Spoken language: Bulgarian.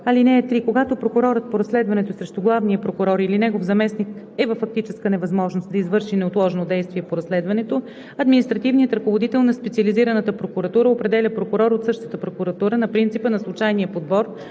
ал. 3: „(3) Когато прокурорът по разследването срещу главния прокурор или негов заместник е във фактическа невъзможност да извърши неотложно действие по разследването, административният ръководител на специализираната прокуратура определя прокурор от същата прокуратура на принципа на случайния подбор,